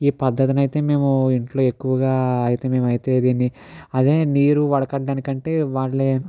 ఈ పద్ధతినైతే మేము ఇంట్లో ఎక్కువగా అయితే మేము అయితే దీన్ని అదే నీరు వడకట్టడానికి కంటే వాటిలో